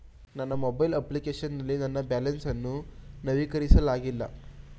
ನನ್ನ mobile application ನಲ್ಲಿ ನನ್ನ ಬ್ಯಾಲೆನ್ಸ್ ಅನ್ನು ನವೀಕರಿಸಲಾಗಿಲ್ಲ